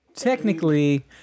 technically